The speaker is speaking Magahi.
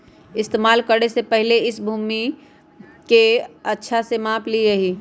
इस्तेमाल करे से पहले इस भूमि के अच्छा से माप ली यहीं